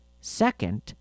second